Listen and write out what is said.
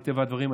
מטבע הדברים,